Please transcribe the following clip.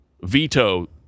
veto